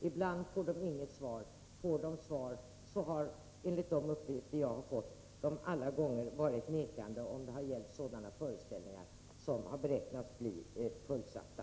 Ibland får de inget svar, och får de något svar så har, enligt de uppgifter jag har fått, de alla gånger varit negativa, om det har gällt föreställningar som har beräknats bli fullsatta.